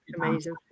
amazing